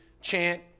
chant